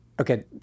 Okay